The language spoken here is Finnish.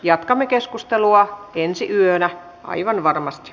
jatkamme keskustelua ensi yönä aivan varmasti